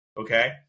okay